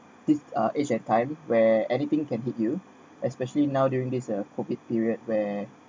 these uh each at time where anything can eat you especially now during this uh COVID period where